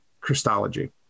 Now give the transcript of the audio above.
Christology